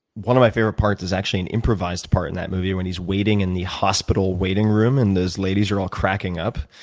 one of my favorite parts is actually an improvised part in that movie when he's waiting in the hospital waiting room, and those ladies are all cracking up.